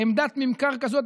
עמדת ממכר כזאת,